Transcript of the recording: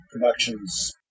productions